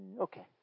Okay